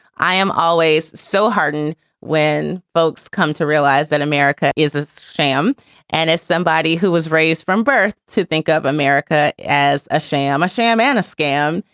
i am always so harden when folks come to realize that america is a sham and as somebody who was raised from birth to think of america as a sham, a sham and a scam,